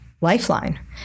lifeline